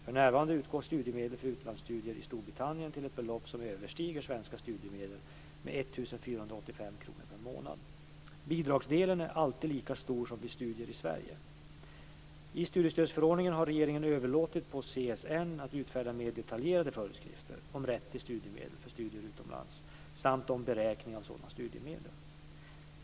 För närvarande utgår studiemedel för utlandsstudier i Storbritannien till ett belopp som överstiger svenska studiemedel med 1 485 kr per månad. Bidragsdelen är alltid lika stor som vid studier i Sverige. I studiestödsförordningen har regeringen överlåtit på CSN att utfärda mer detaljerade föreskrifter om rätt till studiemedel för studier utomlands samt att beräkna sådana studiemedel.